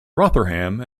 rotherham